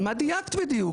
על מה דייקת בדיוק?